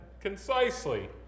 concisely